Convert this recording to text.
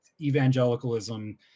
evangelicalism